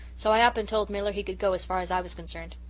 so i up and told miller he could go as far as i was concerned.